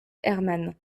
herman